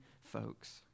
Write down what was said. folks